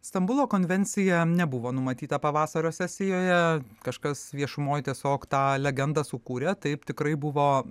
stambulo konvencija nebuvo numatyta pavasario sesijoje kažkas viešumoj tiesiog tą legendą sukūrė taip tikrai buvo